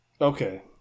Okay